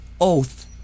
oath